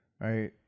right